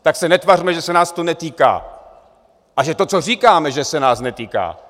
Tak se netvařme, že se nás to netýká a že to, co říkáme, že se nás netýká!